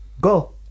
Go